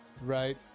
Right